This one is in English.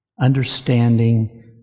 understanding